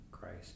Christ